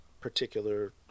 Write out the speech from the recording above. particular